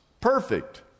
perfect